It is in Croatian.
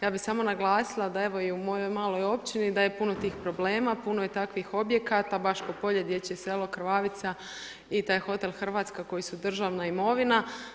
Ja bi samo naglasila da evo i u mojoj maloj općini, da je puno tih problema, puno je takvih objekata, baš kod polja gdje će selo Krvavica i taj hotel Hrvatska, koji su državna imovina.